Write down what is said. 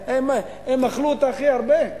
הם אכלו אותה הכי הרבה.